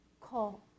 call